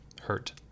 hurt